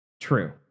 True